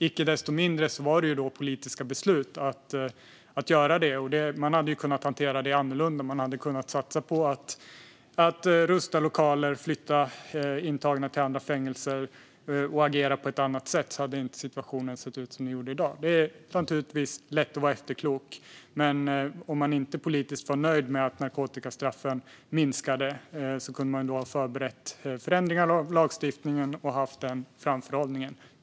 Icke desto mindre var det politiska beslut som låg bakom detta. Man hade kunnat hantera det annorlunda och satsa på att rusta lokaler, flytta intagna till andra fängelser och agera på ett annat sätt, så hade situationen inte sett ut som den gör i dag. Det är naturligtvis lätt att vara efterklok, men om man från politiskt håll inte var nöjd med att narkotikastraffen blev lägre kunde man ha haft framförhållning och förberett förändringar av lagstiftningen.